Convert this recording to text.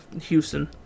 Houston